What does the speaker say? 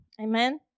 Amen